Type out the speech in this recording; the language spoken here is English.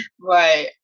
right